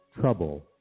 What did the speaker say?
trouble